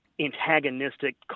antagonistic